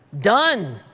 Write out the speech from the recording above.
done